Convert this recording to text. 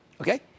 Okay